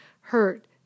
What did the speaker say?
hurt